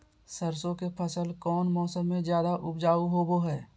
सरसों के फसल कौन मौसम में ज्यादा उपजाऊ होबो हय?